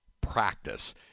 practice